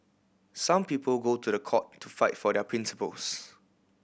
some people go to the court to fight for their principles